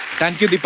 thank you,